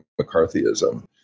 McCarthyism